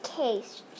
case